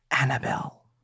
Annabelle